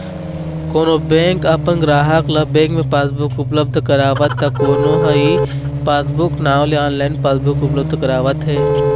कोनो बेंक अपन गराहक ल बेंक म पासबुक उपलब्ध करावत त कोनो ह ई पासबूक नांव ले ऑनलाइन पासबुक उपलब्ध करावत हे